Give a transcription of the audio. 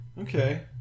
Okay